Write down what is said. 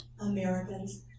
Americans